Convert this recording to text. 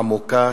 עמוקה,